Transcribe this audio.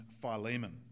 Philemon